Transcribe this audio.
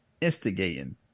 instigating